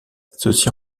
ceci